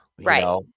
Right